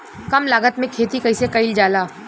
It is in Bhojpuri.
कम लागत में खेती कइसे कइल जाला?